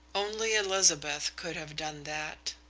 only elizabeth could have done that.